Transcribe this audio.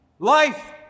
Life